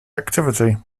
activity